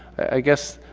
i guess